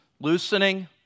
loosening